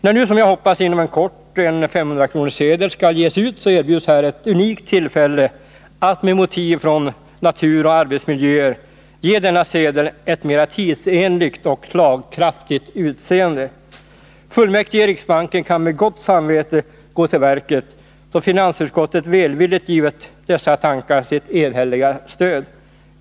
När nu, som jag hoppas, inom kort en 500-kronorssedel skall ges ut, så erbjuds här ett unikt tillfälle att med motiv från natur och arbetsmiljöer ge denna sedel ett mera tidsenligt och slagkraftigt utseende. Fullmäktige i riksbanken kan med gott samvete gå till verket då finansutskottet välvilligt givit dessa tankar sitt enhälliga stöd.